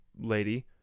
lady